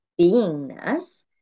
beingness